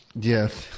Yes